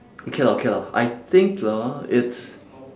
okay lah okay lah I think lah it's